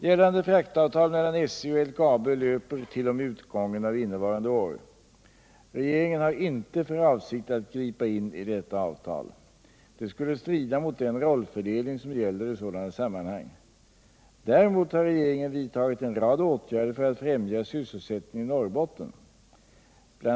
Gällande fraktavtal mellan SJ och LKAB löper t.o.m. utgången av innevarande år. Regeringen har inte för avsikt att gripa in i detta avtal. Det skulle strida mot den rollfördelning som gäller i sådana sammanhang. Däremot har regeringen vidtagit en rad åtgärder för att främja sysselsättningeni Norrbotten. Bl.